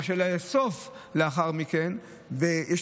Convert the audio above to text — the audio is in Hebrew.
לאסוף לאחר מכן את האנשים בחזרה,